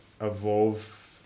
evolve